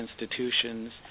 institutions